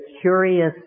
curious